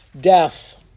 Death